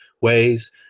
ways